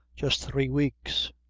just three weeks.